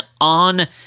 on